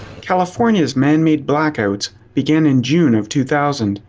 california's man-made blackouts began in june of two thousand,